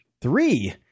three